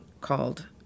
called